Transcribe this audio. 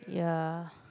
ya